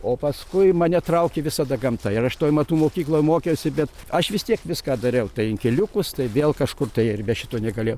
o paskui mane traukė visada gamta ir aš toj amatų mokykloj mokiausi bet aš vis tiek viską dariau tai inkiliukus tai vėl kažkur tai ir be šito negalėjau